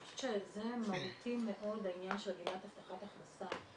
אני חושבת שזה מהותי מאוד העניין של הגמלת הבטחת הכנסה.